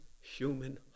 human